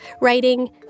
writing